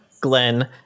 glenn